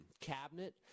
cabinet